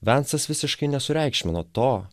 vensas visiškai nesureikšmino to